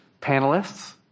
Panelists